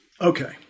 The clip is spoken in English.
Okay